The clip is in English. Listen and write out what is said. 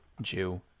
Jew